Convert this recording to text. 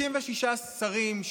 36 שרים,